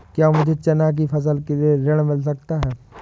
क्या मुझे चना की फसल के लिए ऋण मिल सकता है?